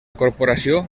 corporació